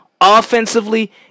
offensively